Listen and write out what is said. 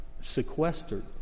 sequestered